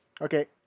Okay